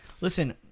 listen